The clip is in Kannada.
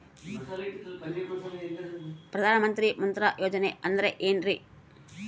ಪ್ರಧಾನ ಮಂತ್ರಿ ಮುದ್ರಾ ಯೋಜನೆ ಅಂದ್ರೆ ಏನ್ರಿ?